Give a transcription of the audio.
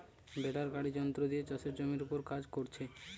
বেলার গাড়ি যন্ত্র দিয়ে চাষের জমির উপর কাজ কোরছে